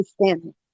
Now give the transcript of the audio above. understand